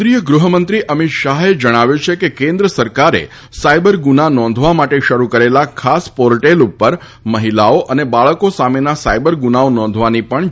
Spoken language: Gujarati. કેન્દ્રીય ગૃહમંત્રી અમિત શાહે જણાવ્યું છે કે કેન્દ્ર સરકારે સાયબર ગુના નોંધવા માટે શરૂ કરેલા ખાસ પોર્ટલ ઉપર મહિલાઓ અને બાળકો સામેના સાયબર ગુનાઓ નોંધવાની પણ જોગવાઈ છે